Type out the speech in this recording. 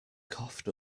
coughed